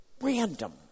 random